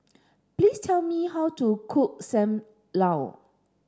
please tell me how to cook Sam Lau